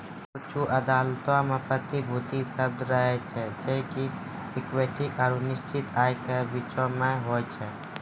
कुछु अदालतो मे प्रतिभूति शब्द रहै छै जे कि इक्विटी आरु निश्चित आय के बीचो मे होय छै